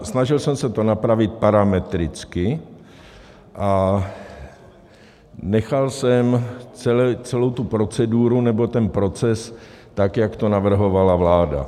Snažil jsem se to napravit parametricky a nechal jsem celou tu proceduru nebo ten proces, jak to navrhovala vláda.